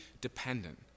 dependent